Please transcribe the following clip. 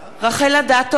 רחל אדטו,